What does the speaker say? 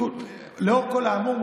לאור כל האמור,